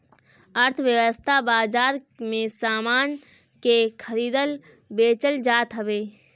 अर्थव्यवस्था बाजार में सामान के खरीदल बेचल जात हवे